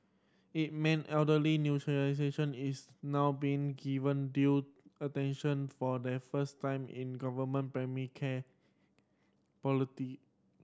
it mean elderly is now being given due attention for the first time in government primary care